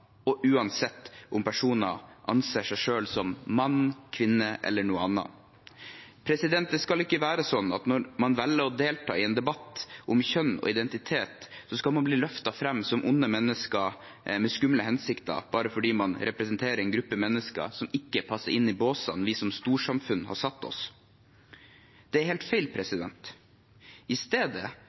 og uansett om personer anser seg selv som mann, kvinne eller noe annet. Det skal ikke være sånn at når man velger å delta i en debatt om kjønn og identitet, så skal man bli løftet fram som onde mennesker med skumle hensikter, bare fordi man representerer en gruppe mennesker som ikke passer inn i båsene vi som storsamfunn har laget. Det er helt feil. I stedet